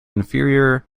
inferior